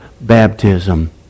baptism